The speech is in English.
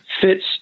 fits